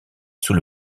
sous